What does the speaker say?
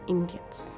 Indians